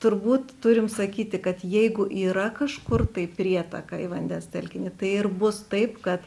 turbūt turim sakyti kad jeigu yra kažkur tai prietaka į vandens telkinį tai ir bus taip kad